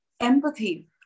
empathy